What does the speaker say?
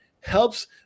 helps